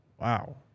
Wow